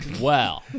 Wow